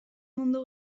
mundu